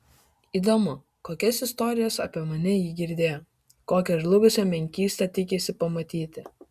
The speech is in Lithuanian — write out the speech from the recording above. įdomu kokias istorijas apie mane ji girdėjo kokią žlugusią menkystą tikisi pamatyti